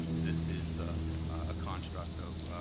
this is a construct of